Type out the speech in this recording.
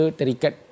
terikat